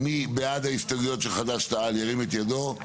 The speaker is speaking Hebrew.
אבל אני בכלל לא דיברתי, אתה דיברת רוב הזמן שלי.